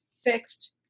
fixed